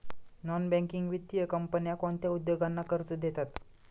Non banking वित्तीय कंपन्या कोणत्या उद्योगांना कर्ज देतात?